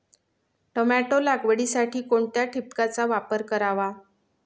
Tomato लागवडीसाठी कोणत्या ठिबकचा वापर करावा?